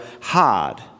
hard